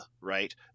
right